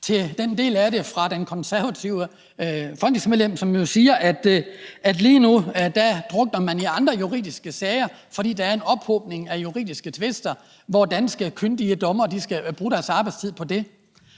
til den del af det fra det konservative folketingsmedlem, som jo siger, at lige nu drukner man i andre juridiske sager, fordi der er en ophobning af juridiske tvister, som danske kyndige dommere skal bruge deres arbejdstid på. Det